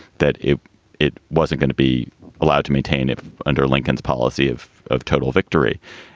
that it it wasn't going to be allowed to maintain it under lincoln's policy of of total victory.